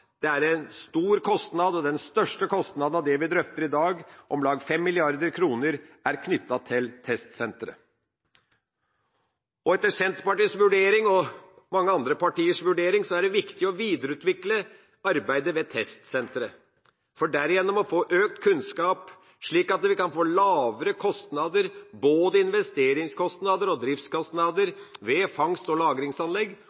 Det er en stor kostnad og den største kostnaden av det vi drøfter i dag. Om lag 5 mrd. kr er knyttet til testsenteret. Etter Senterpartiets vurdering og mange andre partiers vurdering er det viktig å videreutvikle arbeidet med testsenteret, for derigjennom å få økt kunnskap, slik at vi kan få lavere kostnader, både investeringskostnader og